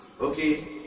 okay